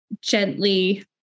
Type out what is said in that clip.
gently